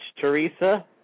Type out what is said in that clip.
Teresa